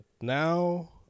now